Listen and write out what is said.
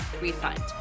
refund